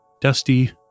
dusty